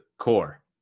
core